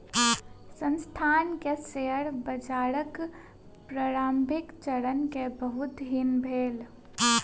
संस्थान के शेयर बाजारक प्रारंभिक चरण मे बहुत हानि भेल